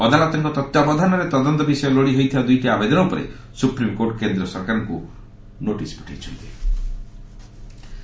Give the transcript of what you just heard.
ଅଦାଲତଙ୍କ ତତ୍ତ୍ୱାବଧାନରେ ତଦନ୍ତ ବିଷୟ ଲୋଡି ହୋଇଥିବା ଦୁଇଟି ଆବେଦନ ଉପରେ ସୁପ୍ରିମକୋର୍ଟ କେନ୍ଦ୍ର ସରକାରଙ୍କୁ ନୋଟିସ୍ ପଠାଇ ନାହାଁନ୍ତି